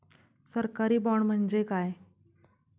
सरकारी बाँड म्हणजे काय?